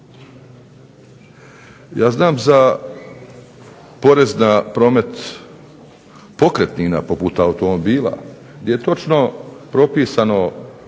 Ja znam za porez na promet pokretnina poput automobila gdje je točno propisano,